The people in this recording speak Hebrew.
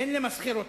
אין למסחר אותה,